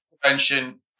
prevention